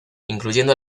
incluyendo